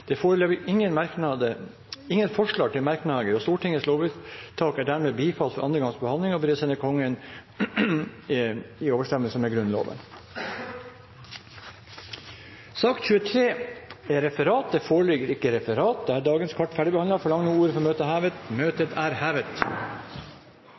Det foreligger ingen forslag til anmerkning. Stortingets lovvedtak er dermed bifalt ved andre gangs behandling og blir å sende Kongen i overensstemmelse med Grunnloven. Det foreligger ikke noe referat. Dermed er dagens kart ferdigbehandlet. Forlanger noen ordet før møtet heves? – Møtet er hevet.